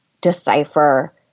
decipher